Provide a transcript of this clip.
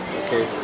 okay